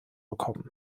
bekommen